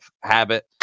habit